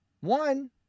one